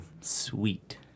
Sweet